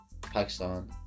Pakistan